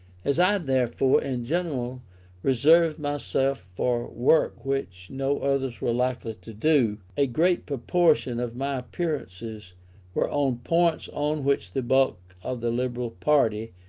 as i, therefore, in general reserved myself for work which no others were likely to do, a great proportion of my appearances were on points on which the bulk of the liberal party,